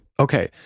Okay